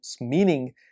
Meaning